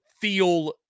feel